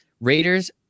Raiders